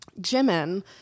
jimin